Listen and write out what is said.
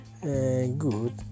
good